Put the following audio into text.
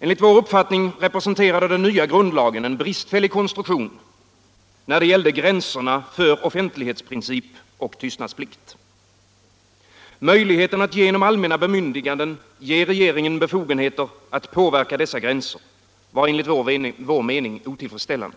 Enligt vår uppfattning representerade den nya grundlagen en bristfällig konstruktion när det gällde gränserna för offentlighetsprincip och tystnadsplikt. Möjligheten att genom allmänna bemyndiganden ge regeringen befogenheter att påverka dessa gränser var enligt vår mening otillfredsställande.